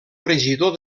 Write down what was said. regidor